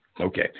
Okay